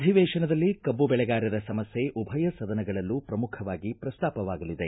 ಅಧಿವೇತನದಲ್ಲಿ ಕಬ್ಬು ಬೆಳೆಗಾರರ ಸಮಸ್ಯೆ ಉಭಯ ಸದನಗಳಲ್ಲೂ ಪ್ರಮುಖವಾಗಿ ಪ್ರಸ್ತಾಪವಾಗಲಿದೆ